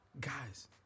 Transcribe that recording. Guys